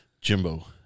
Jimbo